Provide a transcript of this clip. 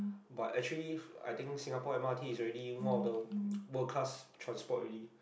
but actually I think Singapore m_r_t is already one of the world class transport already